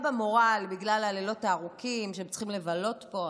במורל בגלל הלילות הארוכים שהם צריכים לבלות פה,